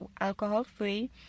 alcohol-free